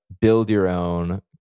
build-your-own